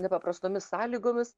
nepaprastomis sąlygomis